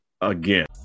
again